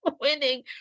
Winning